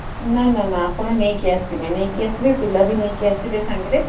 ନା ନା ନା ଆପଣ ନେଇକି ଆସିବେ ନେଇକି ଆସିବେ ପିଲା ବି ନେଇକି ଆସିବେ ସାଙ୍ଗରେ